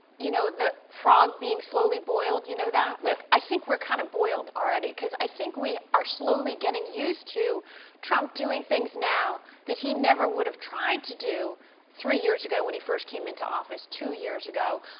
you know, the frog being slowly boiled. you know that? stephen yeah. like i think we're kind of boiled already. because i think we are slowly getting used to trump doing things now that he never would have tried to do three years ago when he first came into office two, years ago.